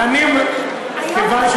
כיוון,